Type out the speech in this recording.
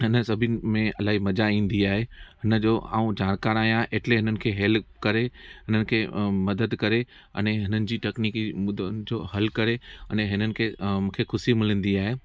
हिन सभिनि में इलाही मज़ा ईंदी आहे हिनजो ऐं जानकार आहियां एटले इननि खे हैल्प करे इननि खे मदद करे अने हिननि जी टकनिकी मुदो जो हल करे अने हिननि खे ऐं मुखे ख़ुशी मिलंदी आहे